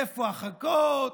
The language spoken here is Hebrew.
איפה החכות?